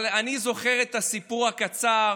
אבל אני זוכר את הסיפור הקצר